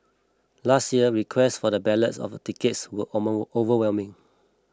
last year request for the ballots of the tickets was overwhelming